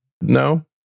No